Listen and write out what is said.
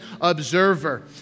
observer